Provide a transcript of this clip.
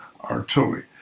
artillery